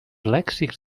lèxics